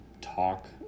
talk